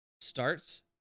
starts